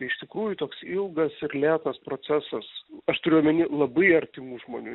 iš tikrųjų toks ilgas ir lėtas procesas aš turiu omeny labai artimų žmonių